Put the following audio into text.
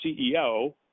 CEO